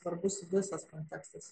svarbus visas kontekstas